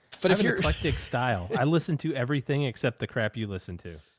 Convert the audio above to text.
but if you're like dick style, i listened to everything except the crap you listened to.